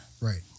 Right